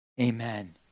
Amen